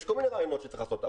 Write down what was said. יש כל מיני רעיונות שצריך לעשות.